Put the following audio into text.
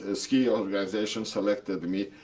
ah ski organization selected me.